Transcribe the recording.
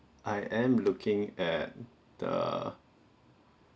I am looking at the